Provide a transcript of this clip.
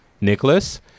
Nicholas